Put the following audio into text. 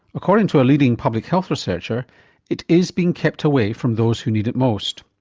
according to a leading public health researcher it is being kept away from those who need it most.